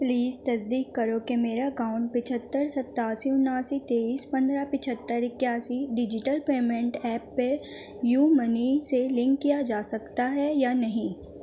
please تصدیق کرو کہ میرا اکاؤنٹ پچھتر ستاسی ونیاسی تیئس پندرہ پچھتر اکیاسی digital payment app PayUmoney سے لنک کیا جا سکتا ہے یا نہیں